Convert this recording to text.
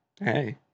hey